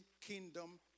kingdom